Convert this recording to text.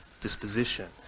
disposition